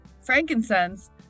Frankincense